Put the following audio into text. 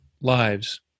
lives